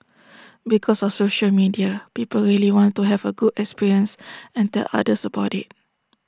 because of social media people really want to have A good experience and tell others about IT